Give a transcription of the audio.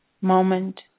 moment